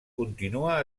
continua